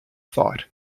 thought